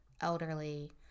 elderly